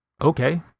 okay